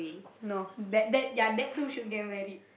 no that that ya that two should get married